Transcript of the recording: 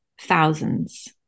thousands